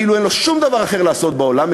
כאילו אין לו שום דבר אחר לעשות בעולם,